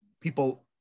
people